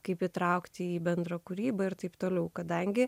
kaip įtraukti į bendrą kūrybą ir taip toliau kadangi